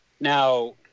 Now